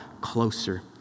closer